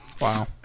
Wow